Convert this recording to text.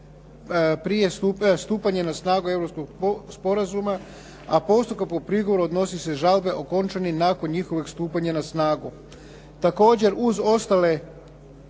prije stupanja na snagu Europskog sporazuma, a postupak po prigovoru odnosi se žalbe okončane nakon njihovog stupanja na snagu.